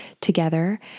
together